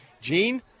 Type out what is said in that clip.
gene